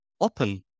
open